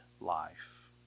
life